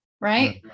right